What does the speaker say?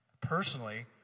Personally